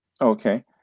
Okay